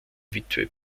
witwe